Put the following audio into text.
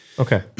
Okay